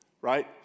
right